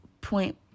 point